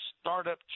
startup